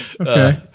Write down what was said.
Okay